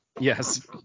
Yes